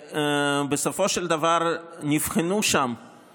בסופו של דבר נבחנו שם